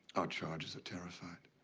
our charges are terrified,